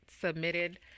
submitted